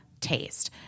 taste